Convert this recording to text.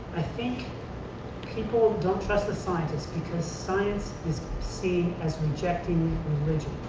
i think people don't trust the scientists because science is seen as rejecting